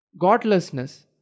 Godlessness